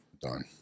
done